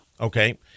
Okay